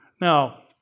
Now